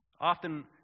often